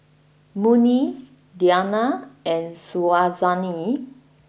Murni Diyana and Syazwani